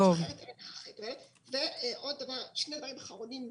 שני דברים אחרונים.